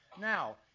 Now